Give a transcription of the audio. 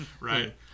Right